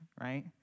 right